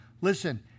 listen